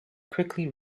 quickly